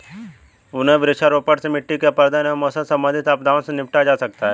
पुनः वृक्षारोपण से मिट्टी के अपरदन एवं मौसम संबंधित आपदाओं से निपटा जा सकता है